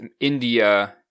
India